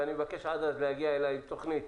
כן, ואני מבקש עד אז להגיע אלי עם תכנית